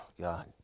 God